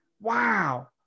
wow